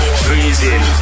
freezing